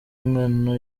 ingano